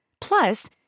Plus